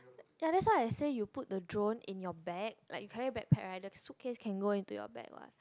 ya that what I say you put the drone in your bag like you carry bag pack right the suitcase can go into your backpack what